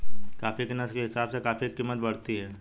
coffee की नस्ल के हिसाब से कॉफी की कीमत बढ़ती है